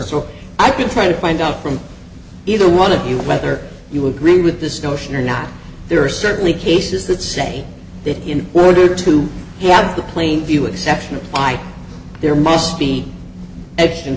or i've been trying to find out from either one of you whether you agree with this notion or not there are certainly cases that say that in order to have the plain view exceptional i there must be e